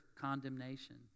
condemnation